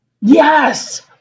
Yes